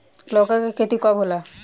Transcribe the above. लौका के खेती कब होला?